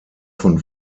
von